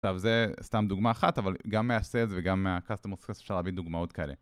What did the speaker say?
זה סתם דוגמא אחת אבל גם מהסאלס וגם מהקאסטמורסס אפשר להביא דוגמאות כאלה